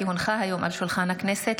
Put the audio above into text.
כי הונחה היום על שולחן הכנסת,